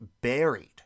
buried